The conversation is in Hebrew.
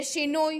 לשינוי